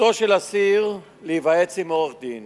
זכותו של אסיר להיוועץ עם עורך-דין